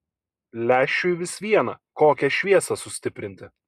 lęšiui vis viena kokią šviesą sustiprinti